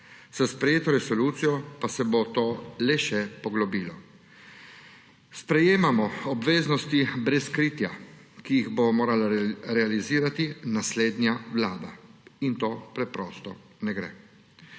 S sprejeto resolucijo pa se bo to le še poglobilo. Sprejemamo obveznosti brez kritja, ki jih bo morala realizirati naslednja vlada, in to preprosto ne gre.